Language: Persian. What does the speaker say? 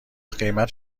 قیمت